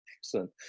Excellent